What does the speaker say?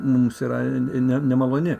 mums yra ne nemaloni